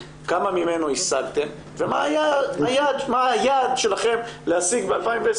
כמה ממנו השגתם, ומה היעד שלכם להשיג ב-2020?